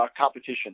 competition